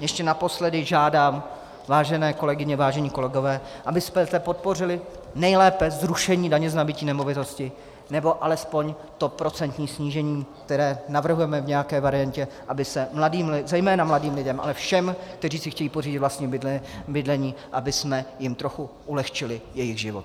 ještě naposledy žádám, vážené kolegyně, vážení kolegové, abyste podpořili nejlépe zrušení daně z nabytí nemovitosti, nebo alespoň to procentní snížení, které navrhujeme v nějaké variantě, aby se zejména mladým lidem, ale všem, kteří si chtějí pořídit vlastní bydlení, abychom jim trochu ulehčili jejich život.